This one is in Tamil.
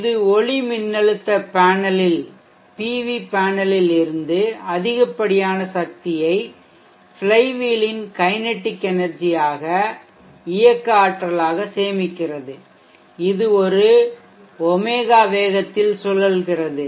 இது ஒளிமின்னழுத்த பேனலில் இருந்து அதிகப்படியான சக்தியை ஃப்ளைவீலின் கைனெடிக் எனெர்ஜி ஆக இயக்க ஆற்றலாக சேமிக்கிறது இது ஒரு ω ஒமேகா வேகத்தில் சுழல்கிறது